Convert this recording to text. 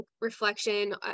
reflection